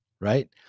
right